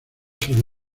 sus